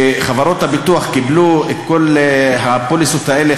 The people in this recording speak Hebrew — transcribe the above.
חברות הביטוח קיבלו את כל הפוליסות האלה,